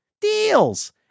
Deals